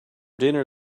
dinner